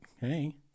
hey